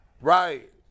Right